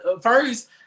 first